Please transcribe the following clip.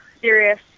Serious